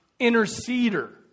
interceder